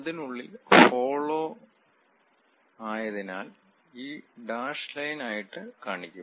അതിനുള്ളിൽ ഹോളോ ആയതിനാൽ ഈ ഡാഷ് ലൈൻ ആയിട്ട് കാണിക്കും